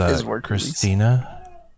Christina